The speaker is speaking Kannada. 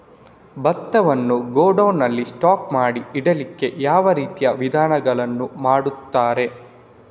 ಭತ್ತವನ್ನು ಗೋಡೌನ್ ನಲ್ಲಿ ಸ್ಟಾಕ್ ಮಾಡಿ ಇಡ್ಲಿಕ್ಕೆ ಯಾವ ರೀತಿಯ ವಿಧಾನಗಳನ್ನು ಮಾಡ್ತಾರೆ?